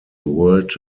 world